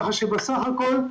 כך שבסך הכול,